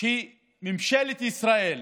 שממשלת ישראל